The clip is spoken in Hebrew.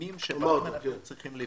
התחומים שצריך לפעול.